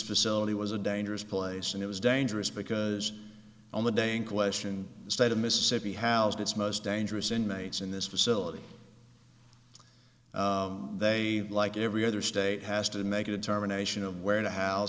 facility was a dangerous place and it was dangerous because on the day in question the state of mississippi housed its most dangerous inmates in this facility they like every other state has to make a determination of where to house